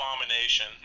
abomination